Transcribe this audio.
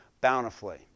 bountifully